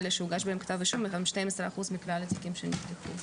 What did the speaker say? כ-12% מכלל התיקים שנפתחו.